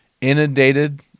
inundated